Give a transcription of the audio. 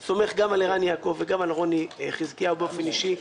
אני סומך על ערן יעקב וגם על רוני חזקיהו באופן אישי.